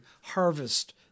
harvest